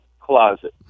closet